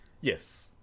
Yes